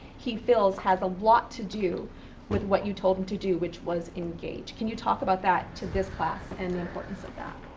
he feels has a lot to do with what you told him to do, which was engage. can you talk about that to this class, and the importance of that.